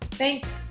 Thanks